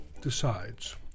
decides